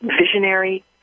visionary